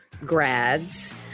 grads